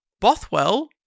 Bothwell